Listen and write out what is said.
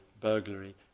burglary